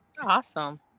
Awesome